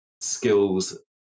skills